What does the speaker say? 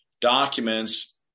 documents